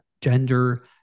gender